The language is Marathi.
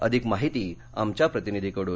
अधिक माहिती आमच्या प्रतिनिधीकडून